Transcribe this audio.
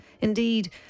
Indeed